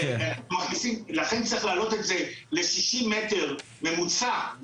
לכן צריך להעלות את זה ל-60 מטר ממוצע,